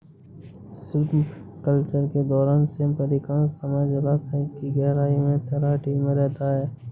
shrimp culture के दौरान shrimp अधिकांश समय जलायश की गहराई में तलहटी में रहता है